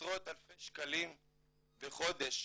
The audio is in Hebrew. קודם כל תודה שאתה משתף אותנו וזה בטוח לא קל לשמוע את